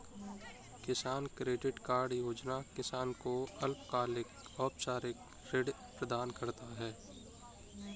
किसान credit card योजना किसान को अल्पकालिक औपचारिक ऋण प्रदान करता है